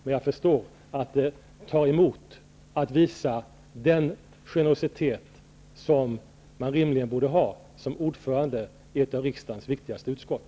Men jag förstår att det tar emot att visa den generositet man rimligen borde ha som ordförande i ett av riksdagens viktigaste utskott.